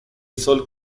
sol